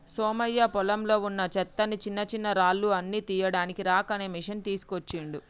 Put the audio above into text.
సోమయ్య పొలంలో వున్నా చెత్తని చిన్నచిన్నరాళ్లు అన్ని తీయడానికి రాక్ అనే మెషిన్ తీస్కోచిండు